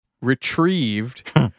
Retrieved